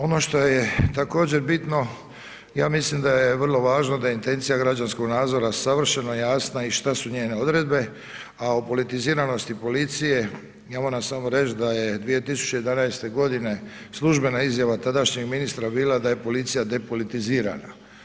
Ono što je također bitno, ja mislim da je vrlo važno da intencija građanskog nadzora savršeno jasna i šta su njene odredbe, a o politiziranosti policije, ja moram samo reći, da je 2011. g. službena izjava tadašnjeg ministra bila da je policija depolitizirana.